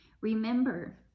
Remember